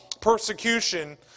persecution